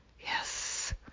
Yes